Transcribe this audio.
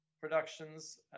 productions